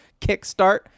kickstart